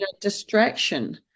distraction